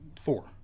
Four